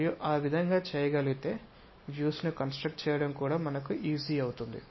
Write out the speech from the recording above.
మరియు ఆ విధంగా చేయగలిగితే వ్యూస్ ను కన్స్ట్రక్ట్ చేయడం కూడా మనకు సులభం అవుతుంది